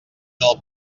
del